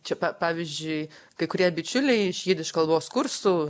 čia pa pavyzdžiui kai kurie bičiuliai iš jidiš kalbos kursų